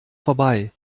vorbei